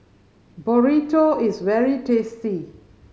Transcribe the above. burrito is very tasty